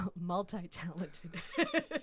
multi-talented